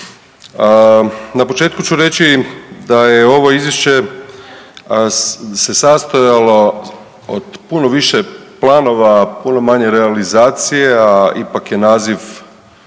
Na početku ću reći da je ovo izvješće se sastojalo od puno više planova, puno manje realizacije, a ipak je naziv